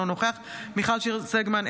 אינו נוכח מיכל שיר סגמן,